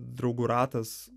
draugų ratas